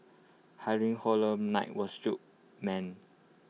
Halloween horror night was shook man